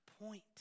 point